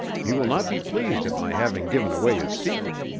he will not be pleased at my having given away his secret.